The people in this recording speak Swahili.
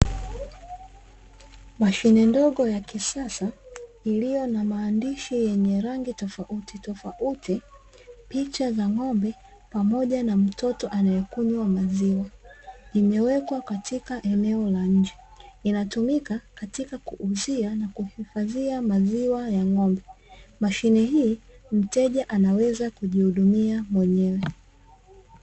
Mashine ndogo ya kisasa iliyo na maandishi yenye rangi tofautitofauti, picha za ng'ombe pamoja na mtoto anaekunywa maziwa. Imewekwa eneo la nje na hutumika katika kuuzia na kuhifadhia maziwa ya ng'ombe, mashine hii mteja anaweza kujihudumia mwenyewe.